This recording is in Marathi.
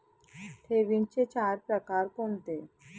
ठेवींचे चार प्रकार कोणते?